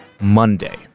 Monday